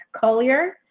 collier